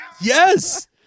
Yes